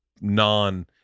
non